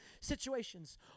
situations